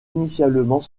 initialement